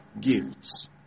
gifts